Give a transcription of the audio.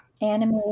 Anime